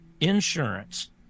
insurance